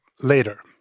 later